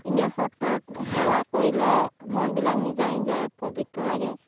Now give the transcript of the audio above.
এনে সত্ৰত সেৱা কৰিলে মনবিলাক নিজৰে নিজৰে পৱিত্ৰ লাগে